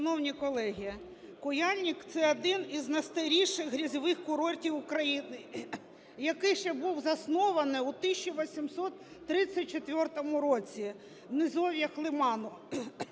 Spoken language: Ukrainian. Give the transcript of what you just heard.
Шановні колеги, "Куяльник" – це один із найстаріших грязьових курортів України, який ще був заснований у 1834 році в низов'ях лиману.